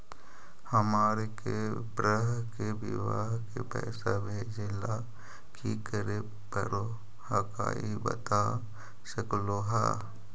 हमार के बह्र के बियाह के पैसा भेजे ला की करे परो हकाई बता सकलुहा?